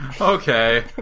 Okay